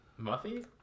Muffy